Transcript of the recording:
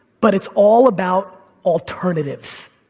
but it's all about alternatives.